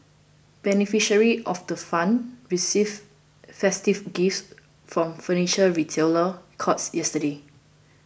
beneficiaries of the fund received festive gifts from Furniture Retailer Courts yesterday